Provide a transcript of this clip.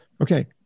Okay